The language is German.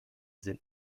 sind